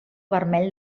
vermell